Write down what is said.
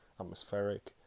atmospheric